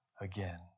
again